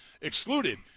excluded